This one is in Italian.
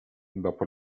dopo